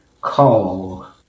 call